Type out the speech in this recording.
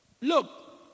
Look